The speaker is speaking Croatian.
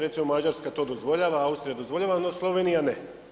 Recimo Mađarska to dozvoljava, Austrija dozvoljava, no Slovenija ne.